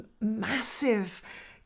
massive